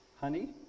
Honey